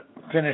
finish